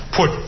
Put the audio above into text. put